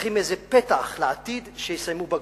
צריכים איזה פתח לעתיד שיסיימו בגרות.